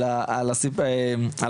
לא דיברנו על אבטחה,